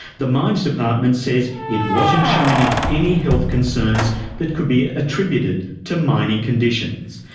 the mines department says it wasn't showing up any health concerns that could be attributed to mining conditions.